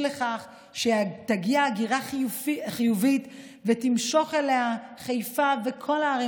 לכך שתגיע הגירה חיובית ותמשוך לחיפה ולכל הערים